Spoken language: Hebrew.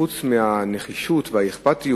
חוץ מהנחישות והאכפתיות,